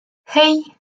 hey